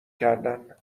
کردن